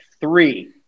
three